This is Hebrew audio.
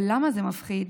אבל למה זה מפחיד?